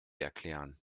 erklären